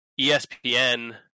ESPN